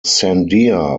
sandia